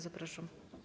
Zapraszam.